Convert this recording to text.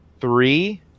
three